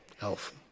elf